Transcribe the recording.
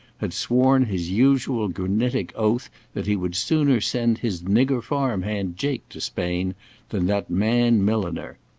had sworn his usual granitic oath that he would sooner send his nigger farm-hand jake to spain than that man-milliner.